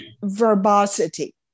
Verbosity